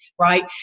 right